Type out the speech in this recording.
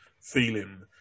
feeling